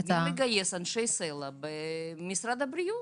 מי שמגייס אנשי סל"ע במשרד הבריאות.